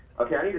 okay,